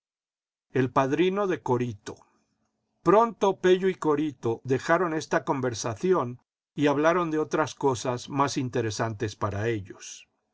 el padrino de corito pronto pello y corito dejaron esta conversación y hablaron de otras cosas m as interesantes para ellos